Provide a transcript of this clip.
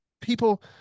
people